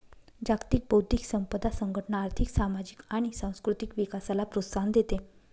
जागतिक बौद्धिक संपदा संघटना आर्थिक, सामाजिक आणि सांस्कृतिक विकासाला प्रोत्साहन देते